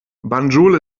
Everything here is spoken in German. banjul